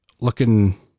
looking